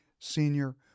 Senior